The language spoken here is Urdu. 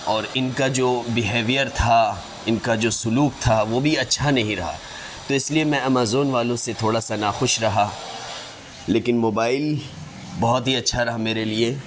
اور ان کا جو بیہیور تھا ان کا جو سلوک تھا وہ بھی اچھا نہیں رہا تو اس لیے میں امازون والوں سے تھوڑا سا ناخوش رہا لیکن موبائل بہت ہی اچھا رہا میرے لیے